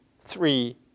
three